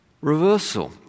reversal